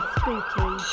spooky